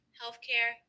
healthcare